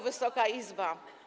Wysoka Izbo!